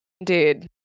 Indeed